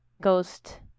ghost